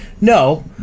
No